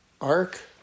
ark